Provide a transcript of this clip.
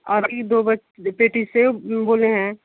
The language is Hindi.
और यह दो पेटी सेब बोले हैं